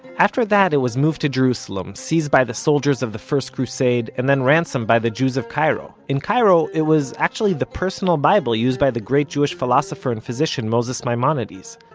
after that, it was moved to jerusalem, seized by the soldiers of the first crusade, and then ransomed by the jews of cairo. in cairo it was actually the personal bible used by the great jewish philosopher and physician moses maimonides.